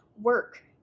work